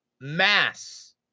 mass